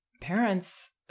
parents